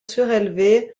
surélevée